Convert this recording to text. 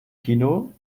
kino